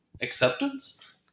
acceptance